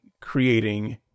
creating